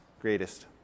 greatest